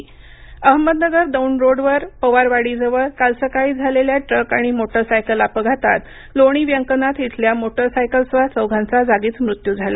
अपघात अहमदनगर दौंड रोडवर पवारवाडीजवळ काल सकाळी झालेल्या ट्रक आणि मोटारसायकल अपघातात लोणीव्यंकनाथ इथल्या मोटारसायकलस्वार चौघांचा जागीच मृत्यू झाला